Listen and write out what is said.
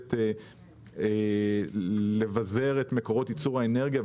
יכולת לבזר את מקורות ייצור האנרגיה,